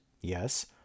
yes